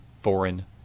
foreign